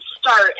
start